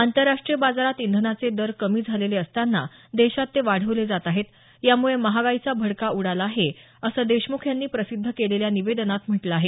आंतरराष्ट्रीय बाजारात इंधनाचे दर कमी झालेले असताना देशात ते वाढवले जात आहेत यामुळे महागाईचा भडका उडाला आहे असं देशमुख यांनी प्रसिद्ध केलेल्या निवेदनात म्हटलं आहे